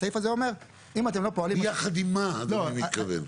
הסעיף זה אומר אם אתם לא פועלים --- ביחד עם מה אדוני מתכוון?